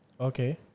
Okay